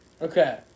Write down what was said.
Okay